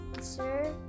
Sir